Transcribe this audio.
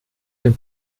den